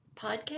podcast